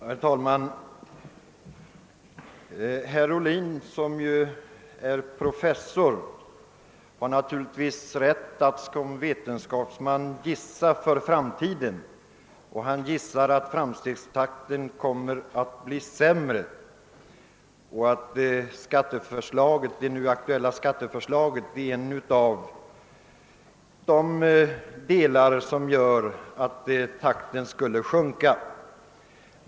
Herr talman! Herr Ohlin som är pro fessor har naturligtvis rätt att som vetenskapsman gissa för framtiden. Han gissar att framstegstakten kommer att vara sämre och att det aktuella skatteförslaget blir en av orsakerna till att takten skulle sjunka.